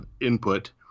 input